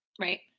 right